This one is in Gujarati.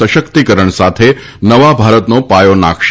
સશકિતકરણ સાથે નવા ભારતનો પાયો નાંખશે